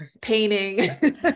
painting